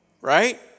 Right